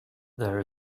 there